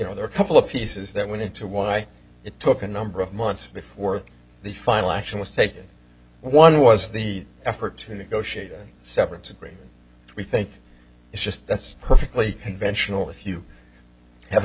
know there are a couple of pieces that went into why it took a number of months before the final action was taken one was the effort to negotiate a severance agreed we think it's just that's perfectly conventional if you have a